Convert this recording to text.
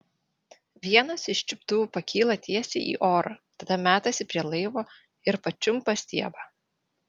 vienas iš čiuptuvų pakyla tiesiai į orą tada metasi prie laivo ir pačiumpa stiebą